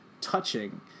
touching